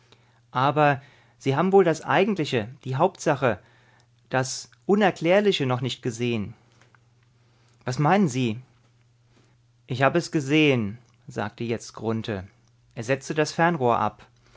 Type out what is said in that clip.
aber sie haben wohl das eigentliche die hauptsache das unerklärliche noch nicht gesehen was meinen sie ich hab es gesehen sagte jetzt grunthe er setzte das fernrohr ab